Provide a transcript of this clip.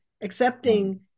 accepting